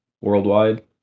worldwide